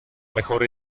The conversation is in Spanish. mejor